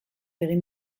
egin